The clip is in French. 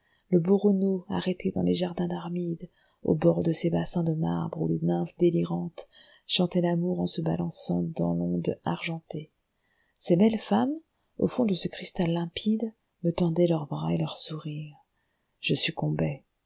le beau renaud arrêté dans les jardins d'armide au bord de ces bassins de marbre où les nymphes délirantes chantaient l'amour en se balançant dans l'onde argentée ces belles femmes du fond de ce cristal limpide me tendaient leurs bras et leurs sourires je